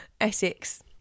Essex